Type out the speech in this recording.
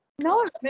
No